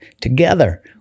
together